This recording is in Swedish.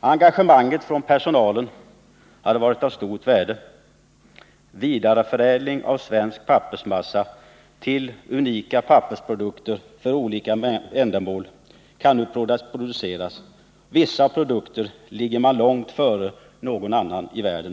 Engagemanget från personalen hade varit av stort värde. Vidareförädling av svensk pappersmassa till unika pappersprodukter för olika ändamål kan nu ske. När det gäller vissa produkter ligger man långt före alla andra i världen.